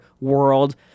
world